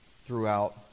throughout